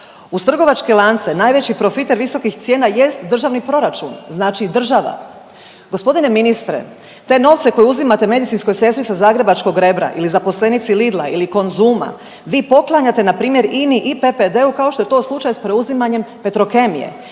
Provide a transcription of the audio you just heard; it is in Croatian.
Uz trgovačke lance najveći profiter visokih cijena jest državni proračun znači država. Gospodine ministre te novce koje uzimate medicinskoj sestri sa zagrebačkog Rebra ili zaposlenici Lidla ili Konzuma vi poklanjate npr. INI i PPD-u kao što je to slučaj s preuzimanjem Petrokemije.